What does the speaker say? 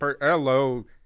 hello